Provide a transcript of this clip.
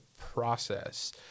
process